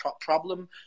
problem